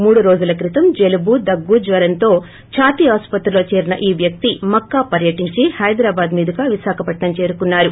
మూడు రోజుల క్రితం జలుటు దగ్గు జ్వరంతో ఛాతీ ఆసుపత్రిలో చేరిన ఈ వ్యక్తి మక్కా పర్యటించి హైదరాబాదు మీదుగా విశాఖపట్సం చేరుకున్నారు